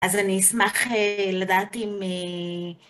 אז אני אשמח לדעת אם...